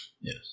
Yes